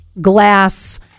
glass